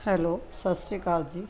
hello ਸਤਿ ਸ਼੍ਰੀ ਅਕਾਲ ਜੀ